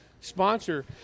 sponsor